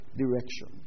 direction